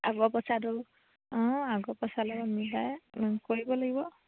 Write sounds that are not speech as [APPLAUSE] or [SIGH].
আগৰ [UNINTELLIGIBLE] অঁ আগৰ পইচা মিলাই কৰিব লাগিব